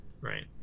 Right